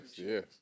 yes